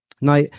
Now